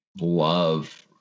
love